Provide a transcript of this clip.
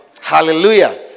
Hallelujah